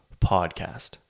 podcast